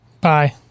Bye